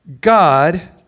God